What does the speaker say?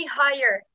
higher